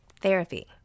Therapy